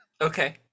Okay